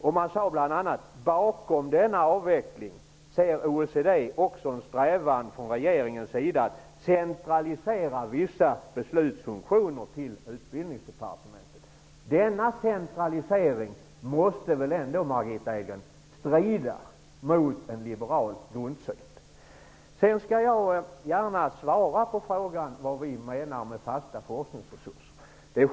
OECD såg bl.a. bakom denna avveckling en strävan från regeringens sida att centralisera vissa beslutsfunktioner till Denna centralisering måste väl ändå strida mot en liberal grundsyn, Margitta Edgren? Jag svarar gärna på frågan om vad vi menar med fasta forskningsresurser.